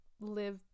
live